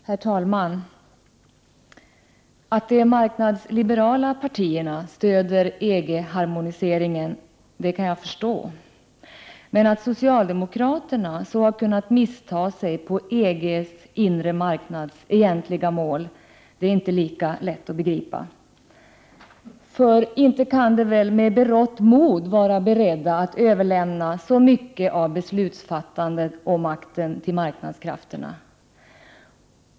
Herr talman! Att de marknadsliberala partierna stöder EG-harmoniseringen kan jag förstå. Men att socialdemokraterna så har kunnat missta sig på EG:s inre marknads egentliga mål är det inte lika lätt att begripa. För inte kan de väl med berått mod vara beredda att överlämna så mycket av beslutsfattandet och makten till marknadskrafterna?